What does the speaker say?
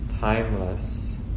timeless